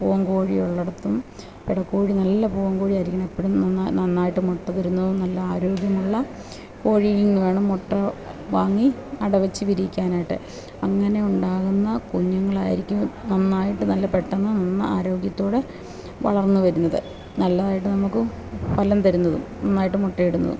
പൂവൻ കോഴിയുള്ളിടത്തും പിടക്കോഴി നല്ല പൂവൻ കോഴിയായിരിക്കണം എപ്പോഴും നന്നാ നന്നായിട്ടു മുട്ട തരുന്ന നല്ല ആരോഗ്യമുള്ള കോഴിയിൽ നിന്നു വേണം മുട്ട വാങ്ങി അടവെച്ചു വിരിയിക്കാൻ ആയിട്ട് അങ്ങനെയുണ്ടാകുന്ന കുഞ്ഞുങ്ങൾ ആയിരിക്കും നന്നായിട്ടു നല്ല പെട്ടെന്നു നന്നാ ആരോഗ്യത്തോടെ വളർന്നുവരുന്നത് നല്ലതായിട്ടു നമുക്ക് ഫലം തരുന്നതും നന്നായിട്ട് മുട്ടയിടുന്നതും